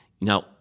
Now